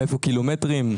קילומטרים.